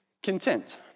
Content